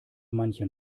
manchen